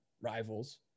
rivals